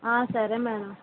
సరే మ్యాడం